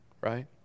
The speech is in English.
right